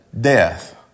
Death